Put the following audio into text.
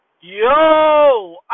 Yo